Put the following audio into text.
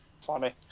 Funny